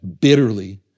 bitterly